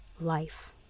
life